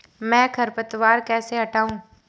मैं खरपतवार कैसे हटाऊं?